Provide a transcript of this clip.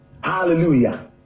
Hallelujah